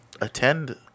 attend